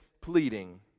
pleading